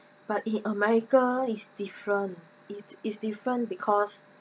but in america is different it is different because